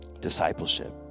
Discipleship